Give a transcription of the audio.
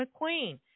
McQueen